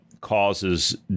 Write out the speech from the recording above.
causes